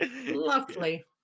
Lovely